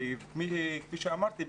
כפי שאמרתי,